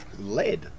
lead